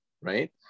right